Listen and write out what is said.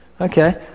Okay